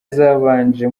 zabanje